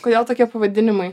kodėl tokie pavadinimai